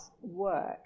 work